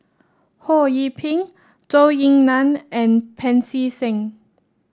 Ho Yee Ping Zhou Ying Nan and Pancy Seng